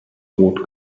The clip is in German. rot